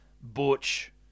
Butch